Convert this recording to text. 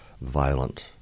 violent